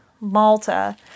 Malta